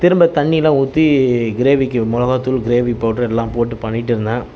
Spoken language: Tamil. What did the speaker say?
திரும்ப தண்ணிலாம் ஊற்றி கிரேவிக்கு மிளகா தூள் கிரேவி பவுட்ரு எல்லாம் போட்டு பண்ணிட்டிருந்தேன்